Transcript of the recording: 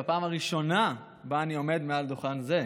בפעם הראשונה שאני עומד מעל דוכן זה,